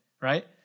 right